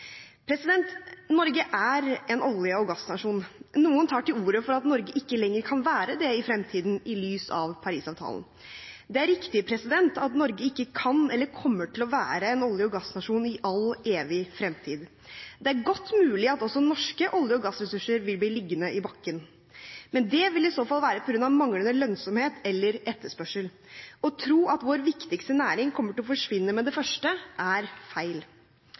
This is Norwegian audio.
Norge er en olje- og gassnasjon. Noen tar til orde for at Norge ikke lenger kan være det i fremtiden i lys av Paris-avtalen. Det er riktig at Norge ikke kan eller kommer til å være en olje- og gassnasjon i all evig fremtid. Det er godt mulig at også norske olje- og gassressurser vil bli liggende i bakken. Men det vil i så fall være på grunn av manglende lønnsomhet eller etterspørsel. Å tro at vår viktigste næring kommer til å forsvinne med det første, er feil.